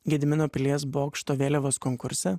gedimino pilies bokšto vėliavos konkurse